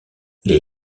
les